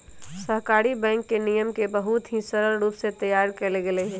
सहकारी बैंक के नियम के बहुत ही सरल रूप से तैयार कइल गैले हई